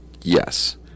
yes